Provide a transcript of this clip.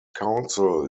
counsel